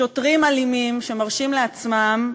שוטרים אלימים שמרשים לעצמם,